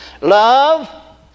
Love